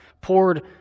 poured